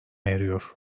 eriyor